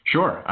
Sure